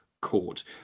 court